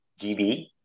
GB